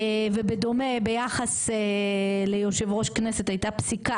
ובדומה ביחס ל יושב ראש כנסת הייתה פסיקה,